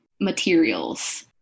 materials